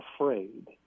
afraid